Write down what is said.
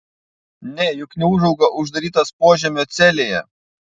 ne juk neūžauga uždarytas požemio celėje